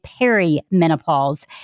perimenopause